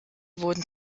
wurden